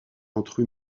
entre